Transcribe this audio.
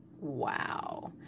Wow